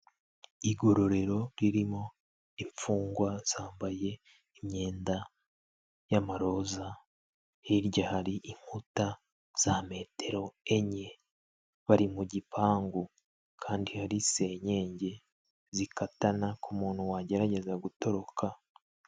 Igororero ririmo imfungwa zambaye imyenda y'amaroza, hirya hari inkuta za metero enye, bari mu gipangu kandi hari senyege zikatana ku muntu wagerageza gutoroka.